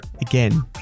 again